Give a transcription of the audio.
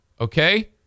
okay